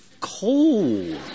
cold